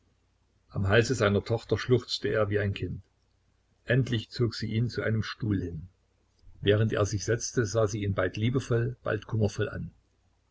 am halse seiner tochter schluchzte er wie ein kind endlich zog sie ihn zu einem stuhl hin während er sich setzte sah sie ihn bald liebevoll bald kummervoll an